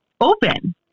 open